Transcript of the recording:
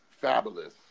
Fabulous